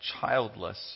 childless